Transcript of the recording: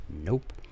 Nope